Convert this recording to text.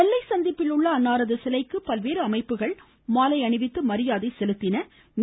நெல்லை சந்திப்பில் உள்ள அன்னாரது சிலைக்கு பல்வேறு அமைப்புகள் மாலை அணிவித்து மரியாதை செலுத்தினா்